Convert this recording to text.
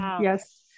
yes